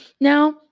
now